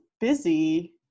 busy